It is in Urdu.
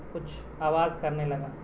کچھ آواز کرنے لگا